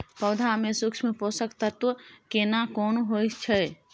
पौधा में सूक्ष्म पोषक तत्व केना कोन होय छै?